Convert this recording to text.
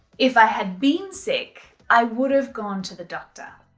if i had been sick, i would have gone to the doctor.